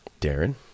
Darren